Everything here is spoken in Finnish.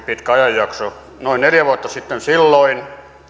pitkä ajanjakso oli noin neljä vuotta sitten silloin